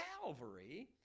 Calvary